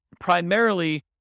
primarily